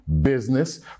business